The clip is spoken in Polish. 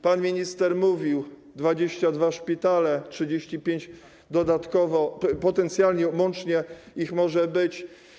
Pan minister mówił: 22 szpitale, 35 dodatkowo, potencjalnie, łącznie ich może być.